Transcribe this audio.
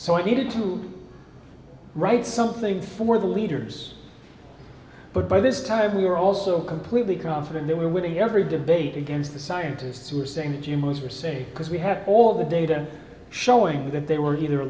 so i needed to write something for the leaders but by this time we were also completely confident they were winning every debate against the scientists who were saying that humans were safe because we had all the data showing that they were either